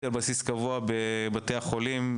בסיס קבוע בבתי חולים,